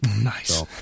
Nice